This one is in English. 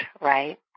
right